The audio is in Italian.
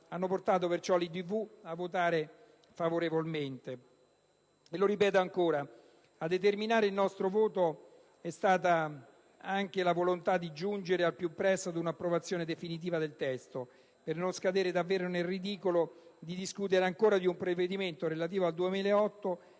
hanno portato l'IdV a votare favorevolmente. Lo ripeto ancora: a determinare il nostro voto è stata anche la volontà di giungere al più presto ad un'approvazione definitiva del testo per non scadere davvero nel ridicolo di discutere ancora di un provvedimento relativo al 2008,